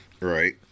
Right